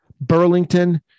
Burlington